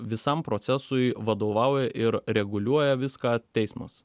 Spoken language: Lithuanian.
visam procesui vadovauja ir reguliuoja viską teismas